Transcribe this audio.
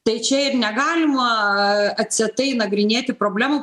tai čia ir negalima atsietai nagrinėti problemų